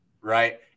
right